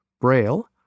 braille